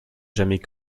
jamais